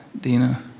Dina